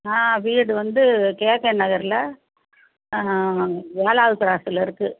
ஆ வீடு வந்து K K நகரில் ஆ ஏழாவது க்ராஸ்சில் இருக்குது